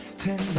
tend